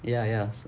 ya ya